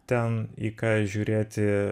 ten į ką žiūrėti